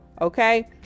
okay